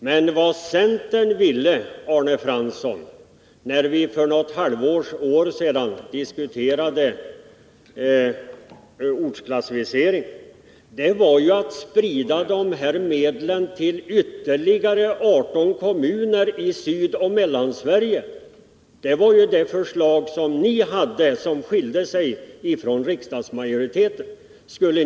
Men vad centern ville när vi för något halvår sedan diskuterade ortsklassificeringen var att sprida dessa medel till ytterligare 18 kommuner i södra och mellersta Sverige. Det var det förslag ni hade som skilde sig från riksdagsmajoritetens förslag.